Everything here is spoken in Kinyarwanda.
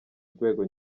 urwego